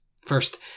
First